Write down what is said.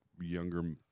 younger